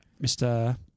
Mr